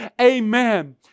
amen